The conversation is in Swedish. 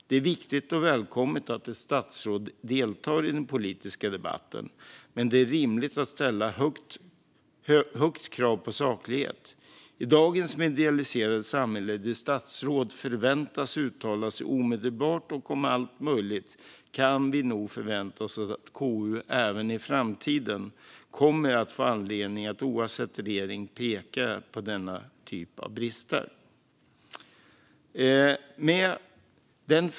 Det är viktigt och välkommet att statsråd deltar i den politiska debatten, men det är rimligt att ställa höga krav på saklighet. I dagens medialiserade samhälle, där statsråd förväntas uttala sig omedelbart och om allt möjligt, kan vi nog förvänta oss att KU även i framtiden kommer att få anledning att oavsett regering peka på denna typ av brister.